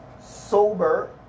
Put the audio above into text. sober